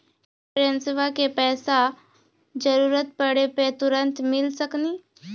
इंश्योरेंसबा के पैसा जरूरत पड़े पे तुरंत मिल सकनी?